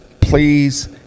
please